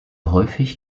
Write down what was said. häufig